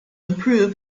improve